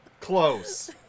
Close